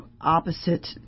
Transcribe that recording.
opposite